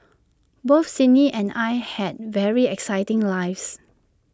both Sydney and I had very exciting lives